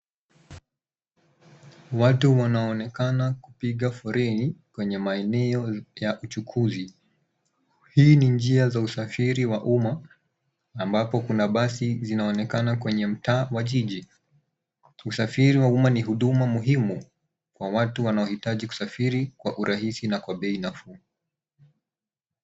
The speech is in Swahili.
Watu wanaonekana kupiga foleni kwenye maeneo ya uchukuzi. Hii ni njia za usafiri wa umma, ambapo kuna basi zinaonekana kwenye mtaa wa jiji. Usafiri wa umma ni huduma muhimu kwa watu wanaohitaji kusafiri kwa urahisi na kwa bei nafuu.